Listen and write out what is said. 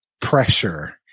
pressure